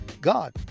God